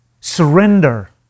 surrender